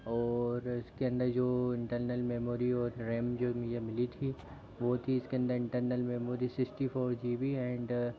और इसके अंदर जो इंटरनल मेमोरी और रैम जो भी मिली थी वो थी इसके अंदर internal memory sixty four GB and